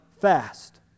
fast